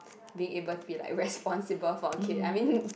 being able to be like responsible for a kid I mean